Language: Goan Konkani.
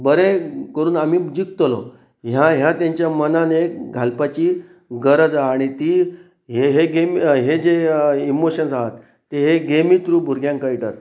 बरें करून आमी जिखतलो ह्या ह्या तेंच्या मनान एक घालपाची गरज आसा आनी ती हे हे गेमी हे जे इमोशन्स आसात ते हे गेमी थ्रू भुरग्यांक कळटात